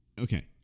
Okay